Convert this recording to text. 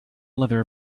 leather